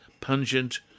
pungent